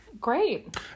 Great